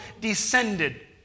descended